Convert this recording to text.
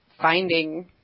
finding